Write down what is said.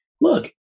look